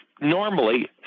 normally